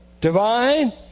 divine